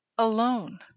Alone